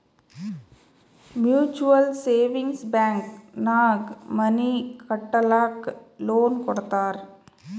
mutual savings bank ನಾಗ್ money ಕಟ್ಟಲಕ್ಕ್ loan ಕೊಡ್ತಾರ್